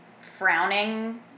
frowning